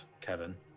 Kevin